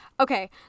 Okay